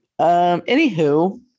anywho